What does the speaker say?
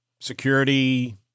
security